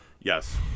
Yes